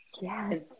Yes